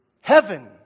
Heaven